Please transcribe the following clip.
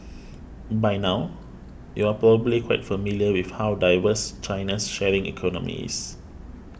by now you're probably quite familiar with how diverse China's sharing economy is